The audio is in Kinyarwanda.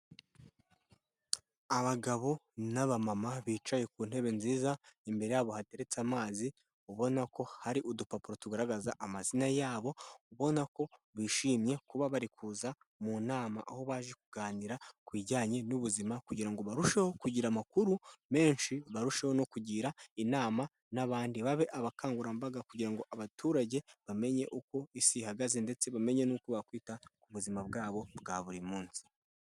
Abagabo n'abamama bicaye ku ntebe nziza imbere yabo hateretse amaz,i ubona ko hari udupapuro tugaragaza amazina yabo, ubona ko bishimiye kuba bari kuza mu nama, aho baje kuganira ku bijyanye n'ubuzima kugira ngo barusheho kugira amakuru menshi, barusheho no kugira inama n'abandi babe abakangurambaga, kugira ngo abaturage bamenye uko isi ihagaze, ndetse bamenye n'uko bakwita, ku buzima bwabo bwa buri munsi.